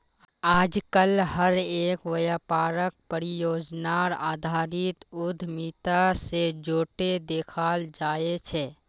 आजकल हर एक व्यापारक परियोजनार आधारित उद्यमिता से जोडे देखाल जाये छे